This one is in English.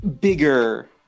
bigger